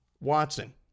Watson